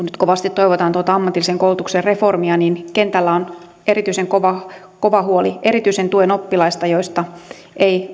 nyt kovasti toivotaan tuota ammatillisen koulutuksen reformia niin kentällä on erityisen kova kova huoli erityisen tuen oppilaista joista ei